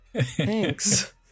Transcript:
Thanks